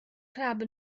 club